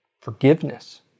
forgiveness